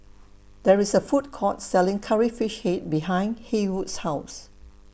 There IS A Food Court Selling Curry Fish Head behind Haywood's House